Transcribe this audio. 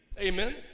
Amen